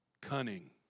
Cunning